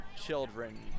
children